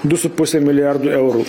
du su puse milijardo eurų